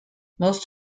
most